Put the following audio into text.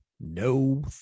No